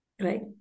right